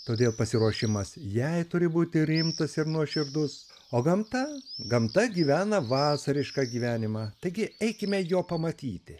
todėl pasiruošimas jai turi būti rimtas ir nuoširdus o gamta gamta gyvena vasarišką gyvenimą taigi eikime jo pamatyti